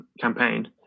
campaign